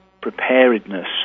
preparedness